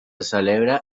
celebra